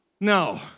No